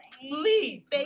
please